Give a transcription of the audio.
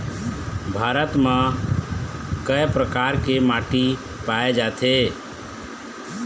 भारत म कय प्रकार के माटी पाए जाथे?